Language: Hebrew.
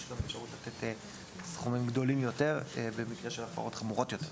יש גם אפשרות לתת סכומים גדולים יותר במקרה של הפרות חמורות יותר.